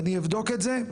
ואני אבדוק את זה,